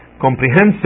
comprehensive